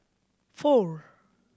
four